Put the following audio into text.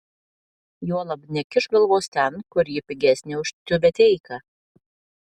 juolab nekišk galvos ten kur ji pigesnė už tiubeteiką